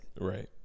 Right